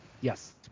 yes